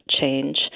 change